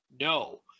No